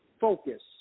focus